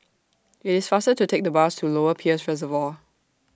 IT IS faster to Take The Bus to Lower Peirce Reservoir